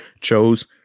chose